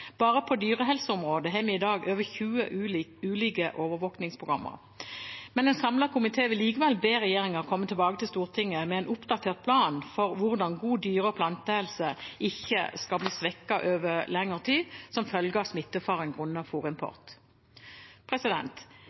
Bare på dyrehelseområdet har vi i dag over 20 ulike overvåkningsprogrammer. En samlet komité vil likevel be regjeringen komme tilbake til Stortinget med en oppdatert plan for hvordan god dyre- og plantehelse ikke skal bli svekket over lengre tid som følge av smittefaren